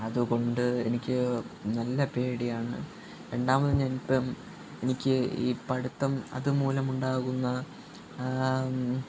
അതുകൊണ്ട് എനിക്ക് നല്ല പേടിയാണ് രണ്ടാമത് ഞാനിപ്പം എനിക്ക് ഈ പഠിത്തം അതുമൂലം ഉണ്ടാകുന്ന